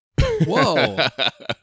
Whoa